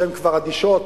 שהן כבר אדישות,